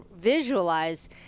visualize